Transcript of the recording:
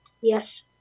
Yes